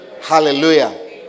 Hallelujah